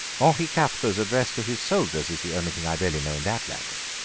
henri quatre's address to his soldiers is the only thing i really know in that language.